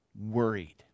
worried